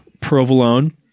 provolone